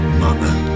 mother